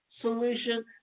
solution